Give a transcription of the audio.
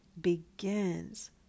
begins